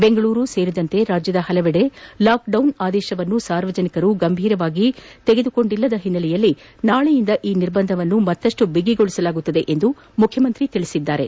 ಬೆಂಗಳೂರು ಸೇರಿದಂತೆ ರಾಜ್ಯದ ಹಲವೆಡೆ ಲಾಕ್ಡೌನ್ ಆದೇಶವನ್ನು ಸಾರ್ವಜನಿಕರು ಗಂಭೀರವಾಗಿ ತೆಗೆದುಕೊಂಡಿಲ್ಲದ ಹಿನ್ನೆಲೆಯಲ್ಲಿ ನಾಳೆಯಿಂದ ಈ ನಿರ್ಬಂಧವನ್ನು ಮತ್ತಪ್ಪು ಬಿಗಿಗೊಳಿಸಲಾಗುವುದು ಎಂದು ಮುಖ್ಚಮಂತ್ರಿ ತಿಳಿಸಿದ್ದಾರೆ